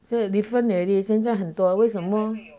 现在 different already 现在很多为什么